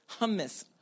hummus